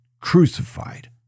crucified